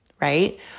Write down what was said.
Right